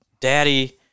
Daddy